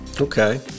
Okay